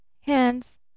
hands